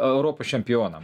europos čempionam